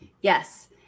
Yes